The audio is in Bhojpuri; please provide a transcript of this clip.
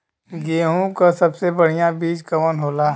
गेहूँक सबसे बढ़िया बिज कवन होला?